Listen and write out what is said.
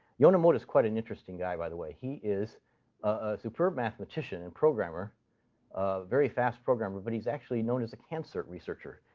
yonemoto is quite an interesting guy, by the way. he is a superb mathematician and programmer a very fast programmer but he's actually known as a cancer researcher,